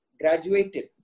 graduated